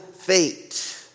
fate